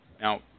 Now